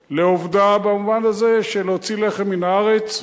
לעובדה, במובן הזה של להוציא לחם מן הארץ.